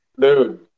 dude